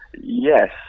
Yes